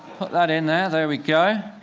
put that in there. there we go.